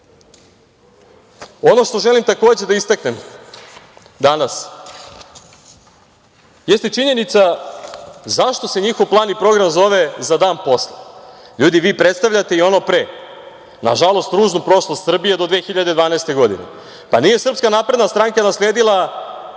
što želim takođe da istaknem danas jeste činjenica zašto se njihov plan i program zove „Za dan posle“. Ljudi, vi predstavljate i ono pre, nažalost, ružnu prošlost Srbije do 2012. godine. Nije Srpska napredna stranka nasledila